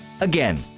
Again